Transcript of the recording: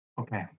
Okay